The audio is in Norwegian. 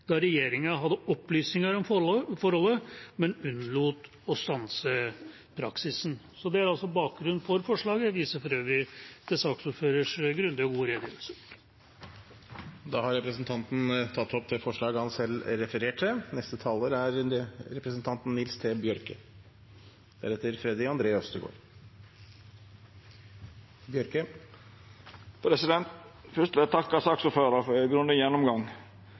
da regjeringen hadde opplysninger om forholdene, men unnlot å stanse praksisen.» Det er bakgrunnen for forslaget, som jeg tar opp, og jeg viser for øvrig til saksordførerens grundige og gode redegjørelse. Representanten Dag Terje Andersen har tatt opp det forslaget han refererte. Fyrst vil eg takka saksordføraren for ein grundig gjennomgang.